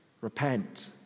Repent